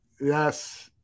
Yes